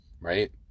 right